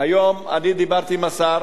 היום דיברתי עם השר